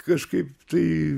kažkaip tai